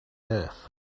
earth